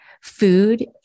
food